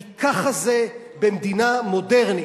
כי ככה זה במדינה מודרנית,